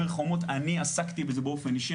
חומות" אני עסקתי בזה באופן אישי,